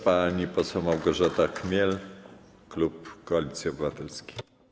Pani poseł Małgorzata Chmiel, klub Koalicji Obywatelskiej.